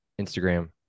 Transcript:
instagram